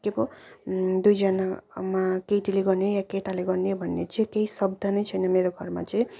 के पो दुईजनामा केटीले गर्ने या केटाले भन्ने चाहिँ केही शब्द नै छैन मेरो घरमा चाहिँ